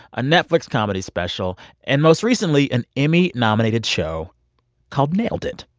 a netflix comedy special and, most recently, an emmy-nominated show called nailed it!